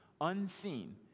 unseen